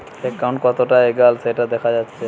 account কতোটা এগাল সেটা দেখা যাচ্ছে